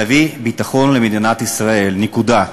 תביא ביטחון למדינת ישראל, נקודה.